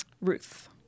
Ruth